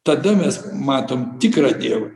tada mes matom tikrą dievą